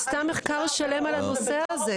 היא עשתה מחקר שלם על הנושא הזה.